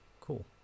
Cool